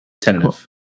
Tentative